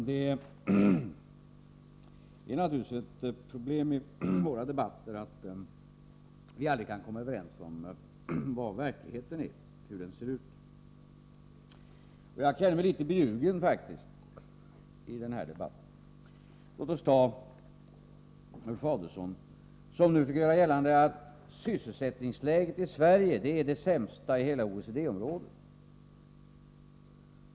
Herr talman! Det är naturligtvis ett problem i våra debatter att vi aldrig kan komma överens om hur verkligheten ser ut. Jag känner mig faktiskt litet beljugen i den här debatten. Låt oss ta Ulf Adelsohn, som nu försöker göra gällande att sysselsättningsläget i Sverige är det sämsta i hela OECD-området.